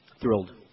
Thrilled